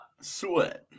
sweat